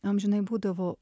amžinai būdavo